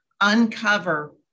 uncover